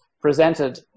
presented